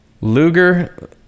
Luger